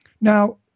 Now